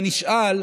והנשאל,